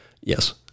Yes